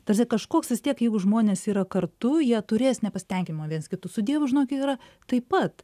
tarsi kažkoks vis tiek jeigu žmonės yra kartu jie turės nepasitenkinimo viens kitu su dievu žinokit yra taip pat